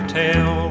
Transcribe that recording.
tell